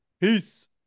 Peace